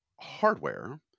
hardware